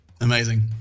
Amazing